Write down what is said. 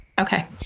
okay